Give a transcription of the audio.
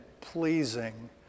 pleasing